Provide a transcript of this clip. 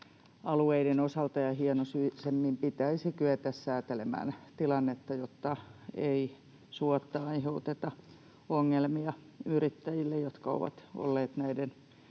alueiden osalta ja hienosyisemmin pitäisi kyetä säätelemään tilannetta, jotta ei suotta aiheuteta ongelmia yrittäjille, jotka ovat olleet näiden